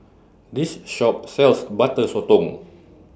This Shop sells Butter Sotong